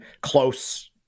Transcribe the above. close